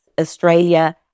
Australia